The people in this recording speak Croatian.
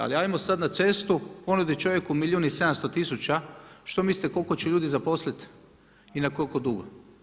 Ali hajmo sada na cestu ponuditi čovjeku milijun i 700 tisuća, što mislite koliko je ljudi zaposlit i na koliko dugo?